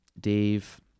Dave